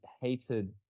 hated